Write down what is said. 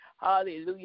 hallelujah